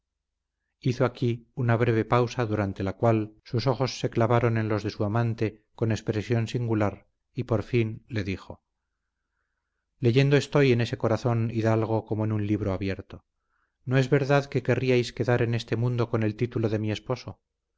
hizo aquí una breve pausa durante la cual sus ojos se clavaron en los de su amante con expresión singular y por fin le dijo leyendo estoy en ese corazón hidalgo como en un libro abierto no es verdad que querríais quedar en este mundo con el título de mi esposo